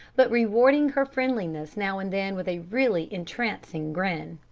but rewarding her friendliness now and then with a really entrancing grin.